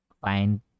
find